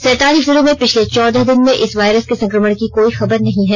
सैंतालीस जिलों में पिछले चौदह दिन में इस वायरस के संक्रमण की कोई खबर नहीं है